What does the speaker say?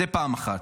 זה פעם אחת.